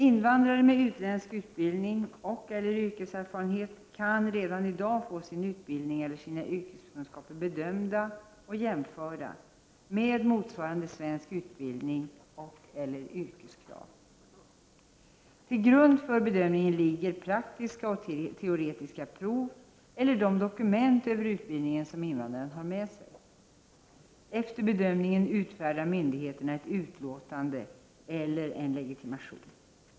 Invandrare med utländsk utbildning och eller yrkeskrav. Till grund för bedömningen ligger praktiska och teoretiska prov eller de dokument över utbildningen som invandraren har med sig. Efter bedömningen utfärdar myndigheterna ett utlåtande eller en legitimation.